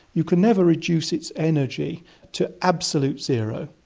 you can never reduce its energy to absolute zero.